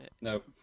nope